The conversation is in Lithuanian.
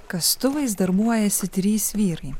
kastuvais darbuojasi trys vyrai